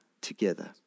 together